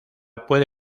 puede